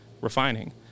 refining